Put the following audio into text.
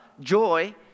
joy